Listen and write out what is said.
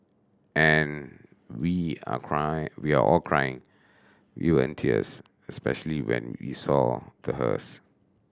and we are cry we are all crying we were in tears especially when we saw the hearse